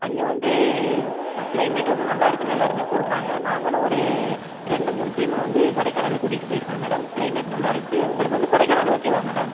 அங்கே வந்து ந க்ளைமேட் வந்து நல்லாயிருக்குன்னு எல்லோருமே சொல்றாங்க நாங்களும் ஒரு ரெண்டு மூணு டீம்மை வந்து கொடைக்கானல் கூட்டிகிட்டு போயிருக்கோம் மேடம் க்ளைமேட் நல்லாருந்துச்சு உங்களுக்கு வந்து கொடைக்கானல் ஓகேவா மேடம்